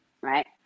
right